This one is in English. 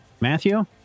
Matthew